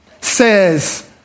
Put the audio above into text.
says